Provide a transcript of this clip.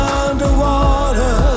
underwater